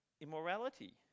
immorality